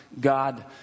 God